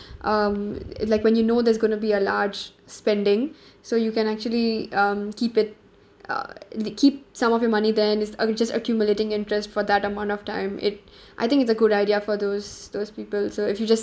um like when you know there's going to be a large spending so you can actually um keep it uh keep some of your money then it's okay just accumulating interest for that amount of time it I think it's a good idea for those those people so if you just